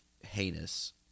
heinous